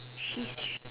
she's